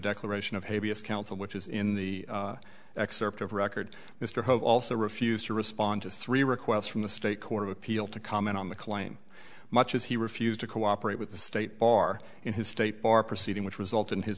declaration of habeas counsel which is in the excerpt of record mr hope also refused to respond to three requests from the state court of appeal to comment on the claim much as he refused to cooperate with the state bar in his state bar proceeding which result in his